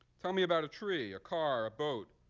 tell me about a tree, a car, a boat,